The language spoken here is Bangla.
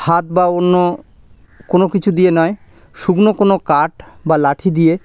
হাত বা অন্য কোনো কিছু দিয়ে নয় শুকনো কোনো কাঠ বা লাঠি দিয়ে